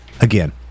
again